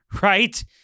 right